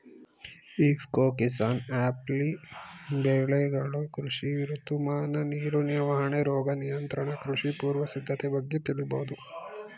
ಇಫ್ಕೊ ಕಿಸಾನ್ಆ್ಯಪ್ಲಿ ಬೆಳೆಗಳು ಕೃಷಿ ಋತುಮಾನ ನೀರು ನಿರ್ವಹಣೆ ರೋಗ ನಿಯಂತ್ರಣ ಕೃಷಿ ಪೂರ್ವ ಸಿದ್ಧತೆ ಬಗ್ಗೆ ತಿಳಿಬೋದು